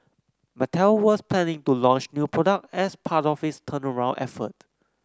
Mattel was planning to launch new product as part of its turnaround effort